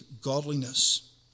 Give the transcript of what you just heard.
godliness